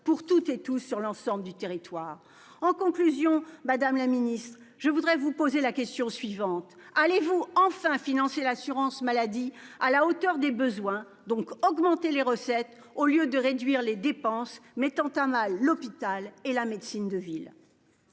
pour toutes et tous sur l'ensemble du territoire. En conclusion, madame la Ministre, je voudrais vous poser la question suivante, allez-vous enfin financer l'assurance maladie à la hauteur des besoins. Donc augmenter les recettes, au lieu de réduire les dépenses, mettant à mal l'hôpital et la médecine de ville.